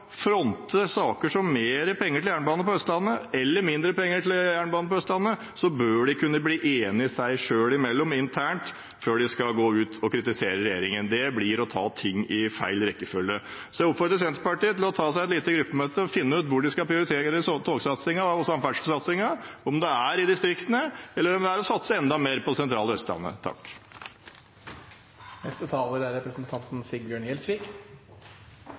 fronte saker som mer penger til jernbane på Østlandet eller mindre penger til jernbane på Østlandet, bør de kunne bli enige internt før de går ut og kritiserer regjeringen, det motsatte blir å ta ting i feil rekkefølge. Jeg oppfordrer Senterpartiet til å ta et lite gruppemøte og finne ut hvor de skal prioritere i togsatsingen og samferdselssatsingen, om det er i distriktene, eller om det er å satse enda mer på det sentrale Østlandet. Jeg vil oppfordre representanten